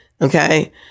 Okay